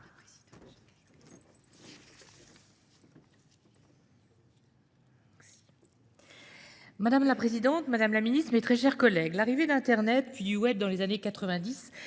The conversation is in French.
Madame la présidente, madame la ministre, mes chers collègues, l’arrivée d’internet, puis, dans les années